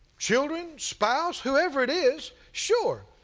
children, spouse, whoever it is, sure,